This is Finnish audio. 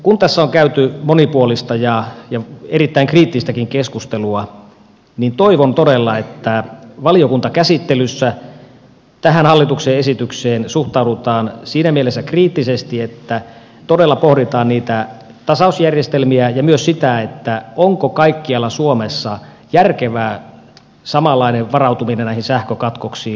kun tässä on käyty monipuolista ja erittäin kriittistäkin keskustelua niin toivon todella että valiokuntakäsittelyssä tähän hallituksen esitykseen suhtaudutaan siinä mielessä kriittisesti että todella pohditaan niitä tasausjärjestelmiä ja myös sitä onko kaikkialla suomessa järkevää samanlainen varautuminen näihin sähkökatkoksiin